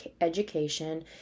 education